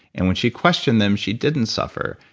and when she questioned them, she didn't suffer.